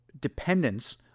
dependence